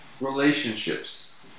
relationships